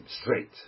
straight